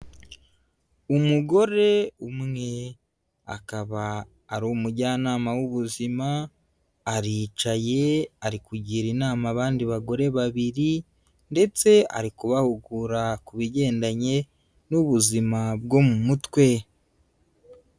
Umugore umwe akaba ari umujyanama w'ubuzima, aricaye ari kugira inama abandi bagore babiri ndetse ari kubahugura ku bigendanye n'ubuzima bwo mu mutwe.